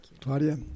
Claudia